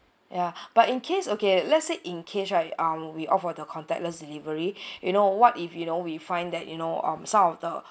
yeah but in case okay let's say in case right um we opt for the contactless delivery you know what if you know we find that you know um some of the